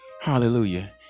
hallelujah